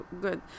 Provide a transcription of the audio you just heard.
good